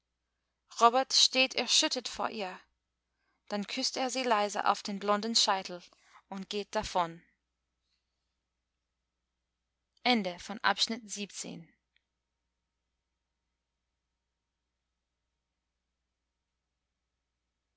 robert steht erschüttert vor ihr dann küßt er sie leise auf den blonden scheitel und geht davon